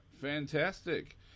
Fantastic